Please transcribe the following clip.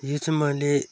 यो चाहिँ मैले